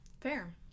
Fair